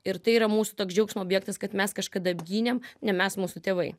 ir tai yra mūsų toks džiaugsmo objektas kad mes kažkada apgynėm ne mes mūsų tėvai